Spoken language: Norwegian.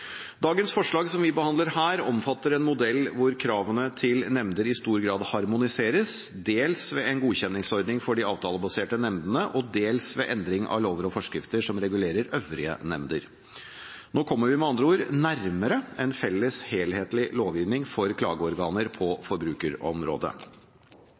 Dagens forslag, som vi her behandler, omfatter en modell hvor kravene til nemnder i stor grad harmoniseres, dels ved en godkjenningsordning for de avtalebaserte nemndene og dels ved endring av lover og forskrifter som regulerer øvrige nemnder. Nå kommer vi med andre ord nærmere en felles helhetlig lovgivning for klageorganer